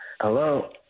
Hello